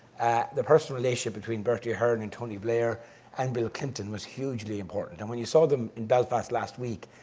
the personal relationship between bertie ahern and tony blair and bill clinton was hugely important. and when you saw them in belfast last week,